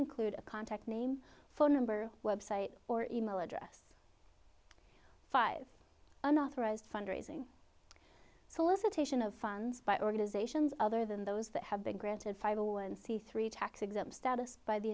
include a contact name phone number website or email address five unauthorized fundraising solace in taishan of funds by organizations other than those that have been granted five a one c three tax exempt status by the